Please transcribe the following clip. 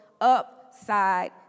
upside